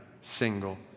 single